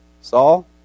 Saul